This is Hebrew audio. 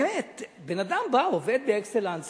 באמת, אדם עובד ב"אקסלנס נשואה",